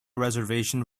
reservation